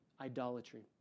idolatry